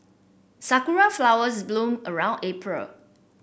sakura flowers bloom around April